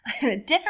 Different